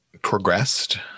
progressed